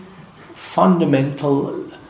fundamental